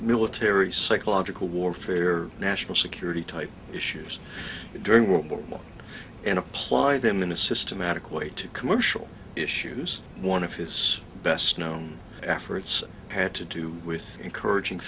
military psychological warfare national security type issues during world war and apply them in a systematic way to commercial issues one of his best known efforts had to do with encouraging